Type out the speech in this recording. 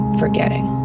forgetting